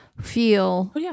feel